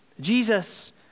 Jesus